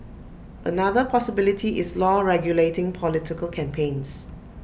another possibility is law regulating political campaigns